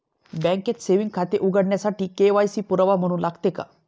बँकेत सेविंग खाते उघडण्यासाठी के.वाय.सी पुरावा म्हणून लागते का?